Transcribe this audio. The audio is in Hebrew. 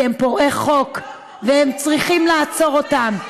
כי הם פורעי חוק וצריכים לעצור אותם,